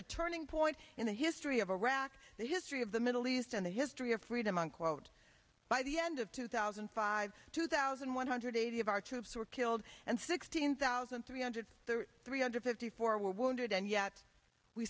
a turning point in the history of iraq the history of the middle east and the history of freedom unquote by the end of two thousand and five two thousand one hundred eighty of our troops were killed and sixteen thousand three hundred three hundred fifty four were wounded and yet we